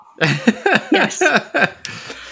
Yes